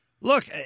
look